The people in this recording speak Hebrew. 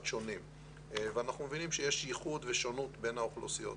שונים ואנחנו מבינים שיש ייחוד ושונות בין האוכלוסיות.